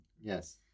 Yes